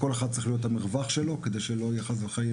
לכל אחד צריך להיות את המרווח שלו כדי שלא יהיה חלילה